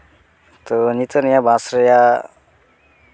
ᱛᱚ ᱱᱤᱛᱚᱜ ᱱᱤᱭᱟᱹ ᱵᱟᱥ ᱨᱮᱭᱟᱜ